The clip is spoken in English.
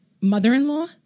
mother-in-law